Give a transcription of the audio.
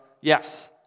Yes